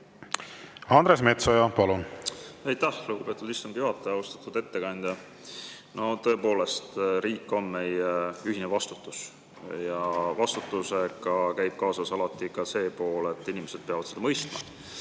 Andres Metsoja, palun! Aitäh, lugupeetud istungi juhataja! Austatud ettekandja! Tõepoolest, riik on meie ühine vastutus ja vastutusega käib kaasas alati ka see pool, et inimesed peavad seda mõistma.